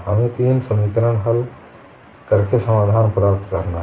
हमें तीन समीकरण हल करके समाधान प्राप्त करना है